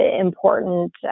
important